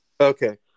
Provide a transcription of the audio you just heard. Okay